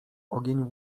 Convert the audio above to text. ogień